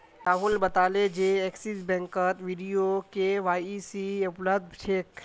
राहुल बताले जे एक्सिस बैंकत वीडियो के.वाई.सी उपलब्ध छेक